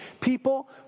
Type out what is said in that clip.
people